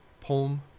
Poem